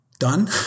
done